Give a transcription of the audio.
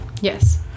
Yes